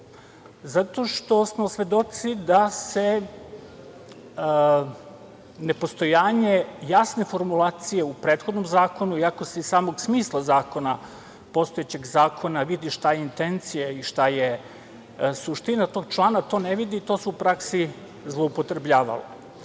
zato što smo svedoci da se nepostojanje jasne formulacije u prethodnom zakonu, iako se iz samog smisla postojećeg zakona vidi šta je intencija i šta je suština tog člana, ne vidi i to se u praksi zloupotrebljavalo. Znači,